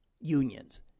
unions